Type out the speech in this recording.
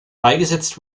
beigesetzt